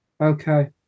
Okay